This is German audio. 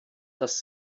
dass